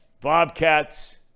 Bobcats